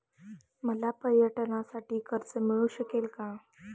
मला पर्यटनासाठी कर्ज मिळू शकेल का?